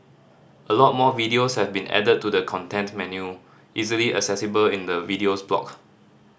a lot more videos have been added to the content menu easily accessible in the Videos block